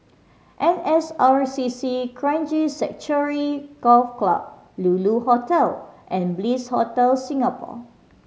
N S R C C Kranji Sanctuary Golf Club Lulu Hotel and Bliss Hotel Singapore